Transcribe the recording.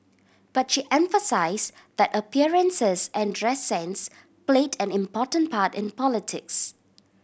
but she emphasise that appearances and dress sense played an important part in politics